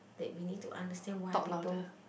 that we need to understand why people